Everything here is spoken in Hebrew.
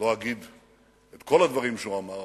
אגיד את כל הדברים שהוא אמר,